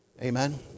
amen